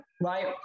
right